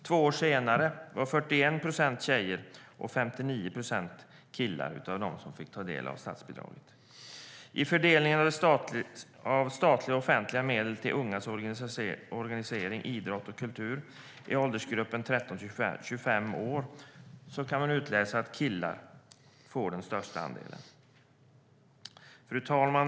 Två år senare var 41 procent tjejer och 59 procent killar av dem som fick ta del av statsbidraget. I fråga om fördelningen av statliga offentliga medel till ungas organisering, idrott och kultur i åldersgruppen 13-25 år kan man utläsa att killar får den största andelen. Fru talman!